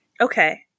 Okay